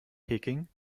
peking